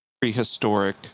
prehistoric